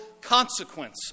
consequence